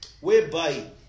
Whereby